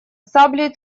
саблей